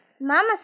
Mama